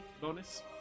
bonus